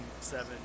seven